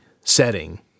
setting